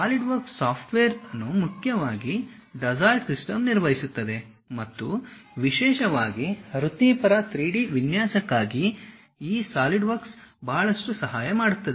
SolidWorks software ಅನ್ನು ಮುಖ್ಯವಾಗಿ Dassault systems ನಿರ್ವಹಿಸುತ್ತದೆ ಮತ್ತು ವಿಶೇಷವಾಗಿ ವೃತ್ತಿಪರ 3D ವಿನ್ಯಾಸಕ್ಕಾಗಿ ಈ ಸಾಲಿಡ್ವರ್ಕ್ಸ್ ಬಹಳಷ್ಟು ಸಹಾಯ ಮಾಡುತ್ತದೆ